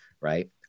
right